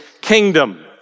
kingdom